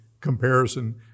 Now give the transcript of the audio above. comparison